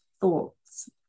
thoughts